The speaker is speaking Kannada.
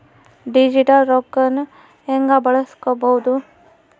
ಡಿಜಿಟಲ್ ರೊಕ್ಕನ ಹ್ಯೆಂಗ ಬಳಸ್ಕೊಬೊದು?